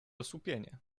osłupienie